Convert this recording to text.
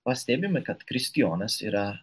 pastebime kad kristijonas yra